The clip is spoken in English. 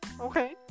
Okay